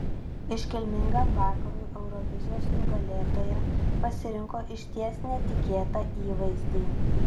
iškilmingam vakarui eurovizijos nugalėtoja pasirinko išties netikėtą įvaizdį